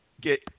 get –